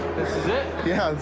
is it? yeah.